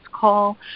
call